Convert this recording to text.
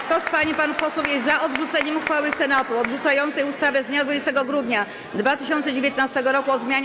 Kto z pań i panów posłów jest za odrzuceniem uchwały Senatu odrzucającej ustawę z dnia 20 grudnia 2019 r. o zmianie